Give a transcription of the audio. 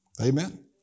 Amen